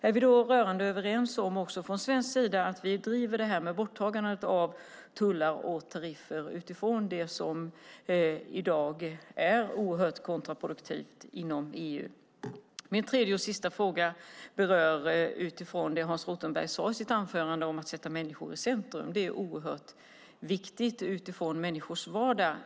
Är vi då rörande överens om också från svensk sida att vi driver borttagandet av tullar och tariffer utifrån det som i dag är oerhört kontraproduktivt inom EU? Min tredje och sista fråga berör det Hans Rothenberg sade i sitt anförande om att sätta människor i centrum. Det är oerhört viktigt utifrån människors vardag.